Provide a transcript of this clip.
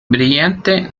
brillante